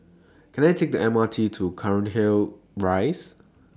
Can I Take The M R T to Cairnhill Rise